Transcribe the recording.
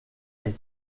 est